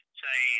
say